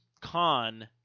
con